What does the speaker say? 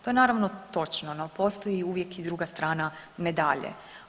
To je naravno točno, no postoji uvijek i druga strana medalje.